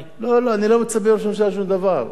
הוא הקים את הוועדה כדי לתקוע ולמצוא